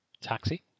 Taxi